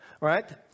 right